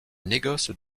négoce